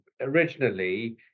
Originally